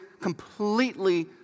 completely